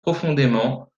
profondément